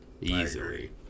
easily